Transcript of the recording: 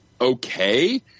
okay –